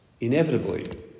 inevitably